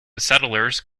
settlers